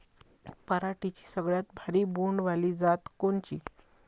पराटीची सगळ्यात भारी बोंड वाली जात कोनची?